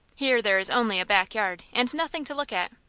here there is only a back yard, and nothing to look at.